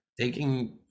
taking